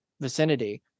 vicinity